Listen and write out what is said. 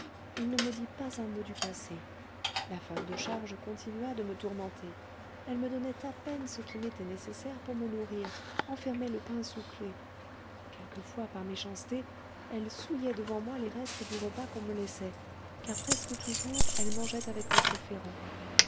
il ne me dit pas un mot du passé la femme de charge continua de me tourmenter elle me donnait à peine ce qui m'était nécessaire pour me nourrir enfermait le pain sous clef quelquefois par méchanceté elle souillait devant moi les restes du repas qu'on me laissait car presque toujours elle mangeait avec m ferrand